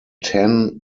ten